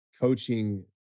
coaching